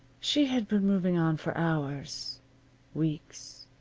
she had been moving on for hours weeks.